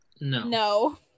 No